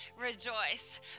rejoice